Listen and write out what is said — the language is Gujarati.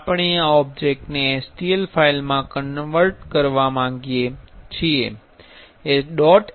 આપણે આ ઓબ્જેક્ટને STL ફાઇલમાં કન્વર્ટ કરવા માગીએ છીએ